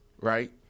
right